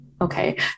okay